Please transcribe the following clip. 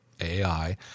AI